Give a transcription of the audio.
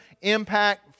impact